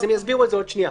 הם יסבירו את זה בעוד שנייה.